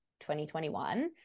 2021